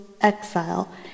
exile